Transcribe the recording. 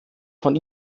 von